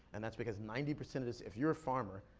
and that's because ninety percent of this, if you're a farmer,